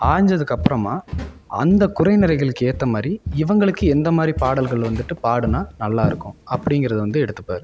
ஆஞ்சத்துக்கு அப்புறமா அந்த குறை நிறைகளுக்கு ஏற்ற மாதிரி இவங்களுக்கு எந்த மாதிரி பாடல்கள் வந்துவிட்டு பாடுனா நல்லா இருக்கும் அப்படிங்குறது வந்து எடுத்துப்பார்